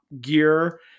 gear